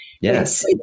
yes